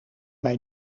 mij